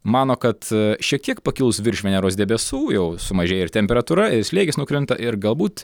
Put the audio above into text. mano kad šiek tiek pakilus virš veneros debesų jau sumažėja ir temperatūra ir slėgis nukrenta ir galbūt